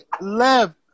left